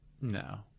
No